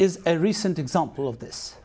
is a recent example of this